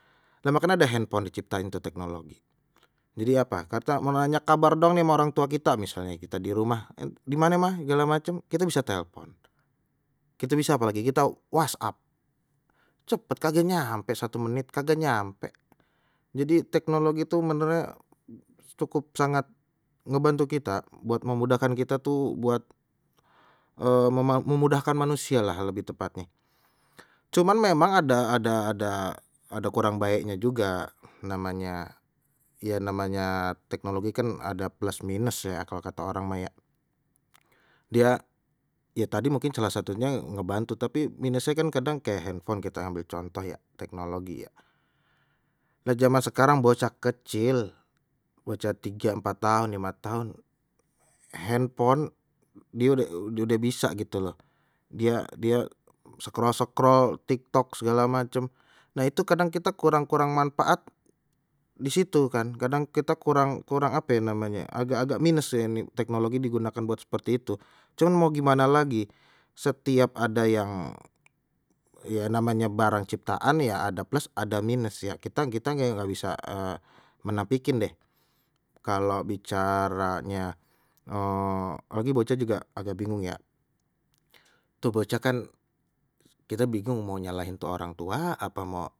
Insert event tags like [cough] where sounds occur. Lha makanya ada handphone diciptain itu teknologi, jadi apa kata mau nanya kabar doang ni ma orang tua kita misalnya kita di rumah, gimane mah segala macem kita bisa telpon kita bisa apalagi kita whatsapp cepet kagak nyampe satu menit kagak nyampe, jadi teknologi itu sebenarnya cukup sangat ngebantu kita buat memudahkan kita tuh buat [hesitation] mema memudahkan manusia lah lebih tepatnye, cuman memang ada ada ada ada kurang baeknya juga namanya ya namanya teknologi kan ada plus minus ya kalau kata orang mah ya, dia ya tadi mungkin salah satunya ngebantu tapi minusnya kan kadang kayak handphone kita ambil contoh ya, teknologi ya lha jaman sekarang bocah kecil bocah tiga empat tahun lima tahun handphone dia udah dia udeh bisa gitu loh, dia dia sekrol sekrol tik tok segala macem, nah itu kadang kita kurang kurang manfaat di situ kan kadang kita kurang kurang ape ye namanye agak-agak minus ye ni teknologi digunakan buat seperti itu, cuman mau gimana lagi setiap ada yang ya namanya barang ciptaan ya ada plus ada minus ya kita kita nggak bisa [hesitation] menapikin deh kalau bicaranya [hesitation] lagi bocah juga agak bingung ya, tuh bocah kan kita bingung mau nyalahin tu orang tua apa mau.